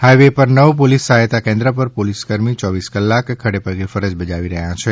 highway પર નવ police સહાયતા કેન્દ્ર પર પોલીસકર્મી ચોવીસે કલાક ખડેપગે ફરજ બજાવી રહ્યાં છે